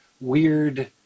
weird